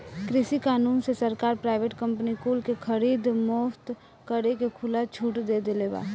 कृषि कानून से सरकार प्राइवेट कंपनी कुल के खरीद फोक्त करे के खुला छुट दे देले बा